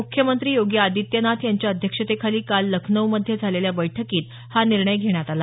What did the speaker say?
मुख्यमंत्री योगी आदित्यनाथ यांच्या अध्यक्षतेखाली काल लखनौमध्ये झालेल्या बैठकीत हा निर्णय घेण्यात आला